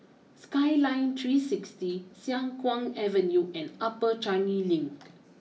Skyline three sixty Siang Kuang Avenue and Upper Changi Link